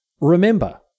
Remember